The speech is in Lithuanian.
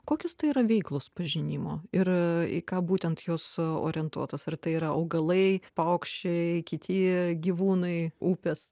kokios tai yra veiklos pažinimo ir į ką būtent jos orientuotos ar tai yra augalai paukščiai kiti gyvūnai upės